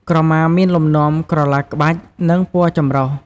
ក្រមាមានលំនាំក្រឡាក្បាច់ និងពណ៌ចម្រុះ។